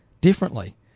differently